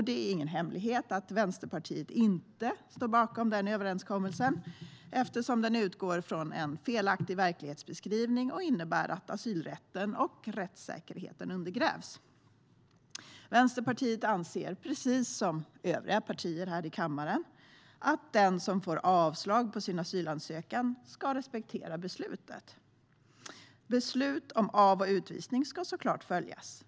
Det är ingen hemlighet att Vänsterpartiet inte står bakom denna överenskommelse eftersom den utgår från en felaktig verklighetsbeskrivning och innebär att asylrätten och rättssäkerheten undergrävs. Vänsterpartiet anser, precis som övriga partier här i kammaren, att den som får avslag på sin asylansökan ska respektera beslutet. Beslut om av och utvisning ska såklart följas.